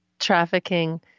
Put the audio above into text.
trafficking